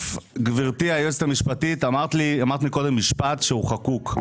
גברתי היועצת המשפטית, אמרת קודם משפט שהוא חקוק.